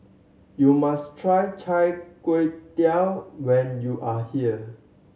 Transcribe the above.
you must try Char Kway Teow when you are here